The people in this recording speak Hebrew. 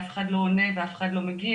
אף אחד לא עונה ואף אחד לא מגיב,